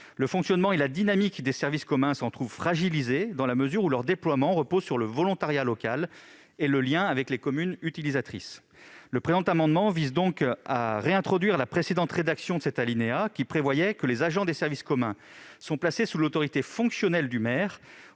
Le fonctionnement et la dynamique des services communs s'en trouvent fragilisés dans la mesure où leur déploiement repose sur le volontariat local et le lien avec les communes utilisatrices. Le présent amendement vise ainsi à réintroduire la précédente rédaction de cet alinéa, qui prévoyait que les agents des services communs sont placés sous l'autorité fonctionnelle du maire